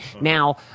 Now